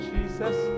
Jesus